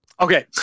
Okay